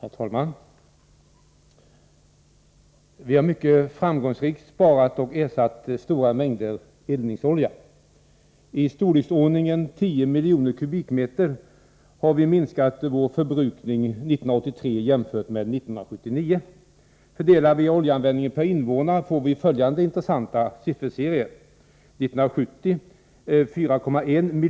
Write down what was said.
Herr talman! Vi har mycket framgångsrikt sparat och ersatt stora mängder eldningsolja. Vi minskade vår förbrukning 1983 med i storleksordningen 10 miljoner m? jämfört med 1979. Fördelar vi oljeanvändningen per invånare får vi följande intressanta sifferserie: 4,1 m?